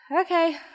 Okay